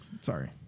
Sorry